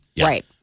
Right